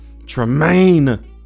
tremaine